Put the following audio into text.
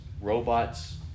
robots